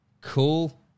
cool